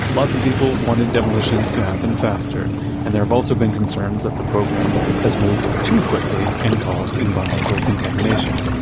lots of people wanted demolitions to happen faster and there've also been concerns that the program has moved too quickly and caused environmental contamination.